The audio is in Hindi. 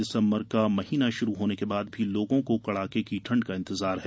दिसम्बर का माह शुरू होने के बाद भी लोगों को कड़ाके की ठंड का इंतजार है